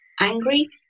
angry